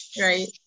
right